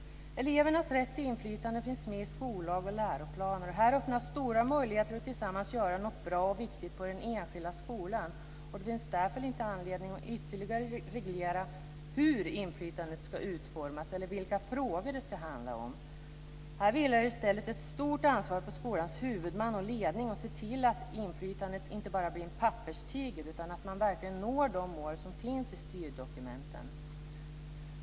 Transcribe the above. Elevernas rätt till inflytande finns med i skollag och läroplaner. Här öppnas stora möjligheter att tillsammans göra något bra och viktigt på den enskilda skolan, och det finns därför inte anledning att ytterligare reglera hur inflytandet ska utformas eller vilka frågor det ska handla om. Här vilar i stället ett stort ansvar på skolans huvudman och ledning att se till att inflytandet inte bara blir en papperstiger utan att man verkligen når de mål som finns i styrdokumenten.